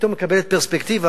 פתאום מקבל פרספקטיבה,